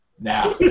now